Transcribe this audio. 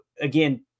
again